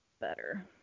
better